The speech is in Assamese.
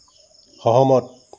সহমত